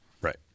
Right